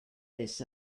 this